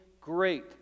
great